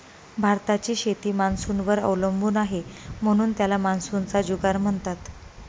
भारताची शेती मान्सूनवर अवलंबून आहे, म्हणून त्याला मान्सूनचा जुगार म्हणतात